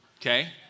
Okay